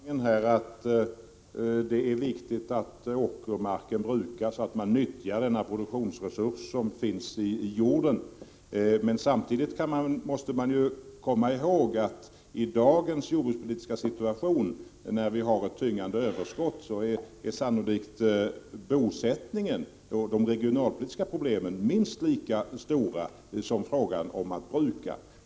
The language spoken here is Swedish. Herr talman! Jag delar ju uppfattningen att det är viktigt att åkermarken brukas och att man nyttjar den produktionsresurs som finns i jorden. Men samtidigt måste man komma ihåg att i dagens jordbrukspolitiska situation, när vi har ett tyngande överskott, är sannolikt bosättningen och de regionalpolitiska problemen minst lika stora som frågan om att bruka.